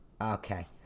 okay